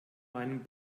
meinem